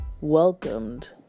welcomed